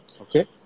okay